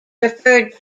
referred